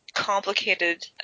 Complicated